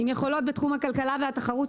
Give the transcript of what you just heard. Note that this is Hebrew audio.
עם יכולות בתחום הכלכלה והתחרות,